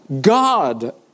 God